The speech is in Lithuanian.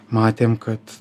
matėm kad